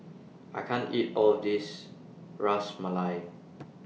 I can't eat All of This Ras Malai